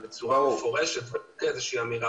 וצריך לעשות את זה בצורה מפורשת ולא רק כאיזושהי אמירה